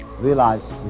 realize